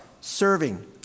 serving